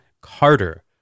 Carter